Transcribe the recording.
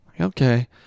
Okay